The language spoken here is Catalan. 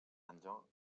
àngel